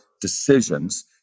decisions